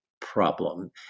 problem